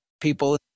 people